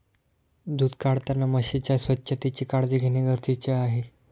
दूध काढताना म्हशीच्या स्वच्छतेची काळजी घेणे गरजेचे आहे